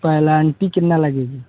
penalty कितनी लगेगी